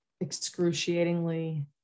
excruciatingly